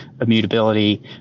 immutability